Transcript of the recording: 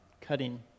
cutting